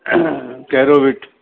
Kerovit